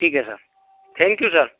ठीक है sir thank you sir